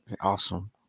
awesome